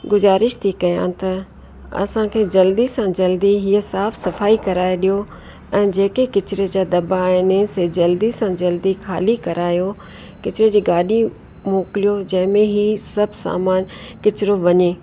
गुज़ारिश थी कयां त असांखे जल्दी सां जल्दी इहा साफ़ु सफ़ाई कराए ॾियो ऐं जेके कचिरे जा दबा आहिनि से जल्दी सां जल्दी खाली करायो कचिरे जी गाॾी मोकिलियो जंहिं में हीउ सभु सामान कचिरो वञे